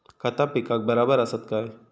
खता पिकाक बराबर आसत काय?